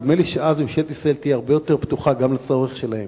נדמה לי שאז ממשלת ישראל תהיה הרבה יותר פתוחה גם לצורך שלהם.